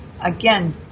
again